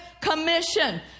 commission